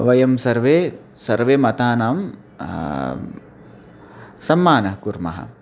वयं सर्वे सर्वेषां मतानां सम्मानः कुर्मः